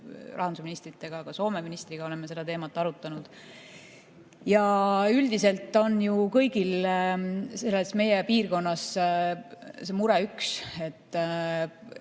rahandusministriga, ka Soome ministriga oleme seda teemat arutanud. Üldiselt on ju kõigil meie piirkonnas see mure sama.